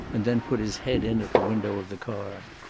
and then put his head in at the window of the car.